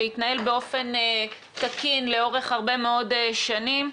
שהתנהל באופן תקין לאורך הרבה מאוד שנים,